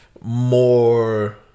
more